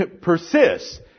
persists